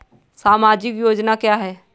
सामाजिक योजना क्या है?